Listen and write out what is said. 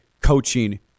coaching